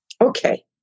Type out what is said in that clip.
Okay